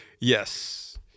Yes